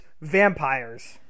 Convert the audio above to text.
vampires